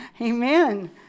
Amen